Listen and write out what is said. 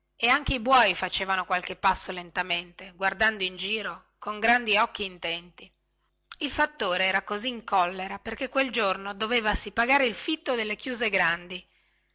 e anche i buoi facevano qualche passo lentamente guardando in giro con grandi occhi intenti il fattore era così in collera perchè quel giorno dovevasi pagare il fitto delle chiuse grandi